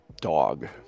dog